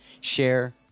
Share